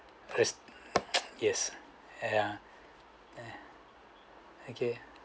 press yes ya ya okay ah